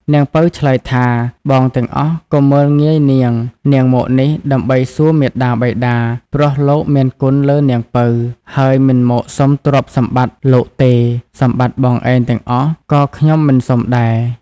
នាងពៅឆ្លើយថាបងទាំងអស់កុំមើលងាយនាងៗមកនេះដើម្បីសួរមាតាបិតា ព្រោះលោកមានគុណលើនាងពៅ ហើយមិនមកសុំទ្រព្យសម្បត្តិលោកទេសម្បត្តិបងឯងទាំងអស់ក៏ខ្ញុំមិនសុំដែរ។